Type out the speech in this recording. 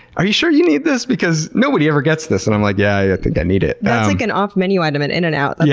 are you sure you need this? because nobody ever gets this, and i'm like, yeah, i think i need it. that's like an off-menu item at and and in-n-out, like